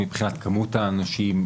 למשל מבחינת כמות האנשים.